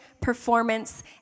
performance